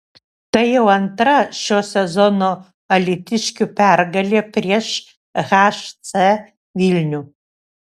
tai jau antra šio sezono alytiškių pergalė prieš hc vilnių